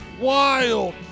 Wild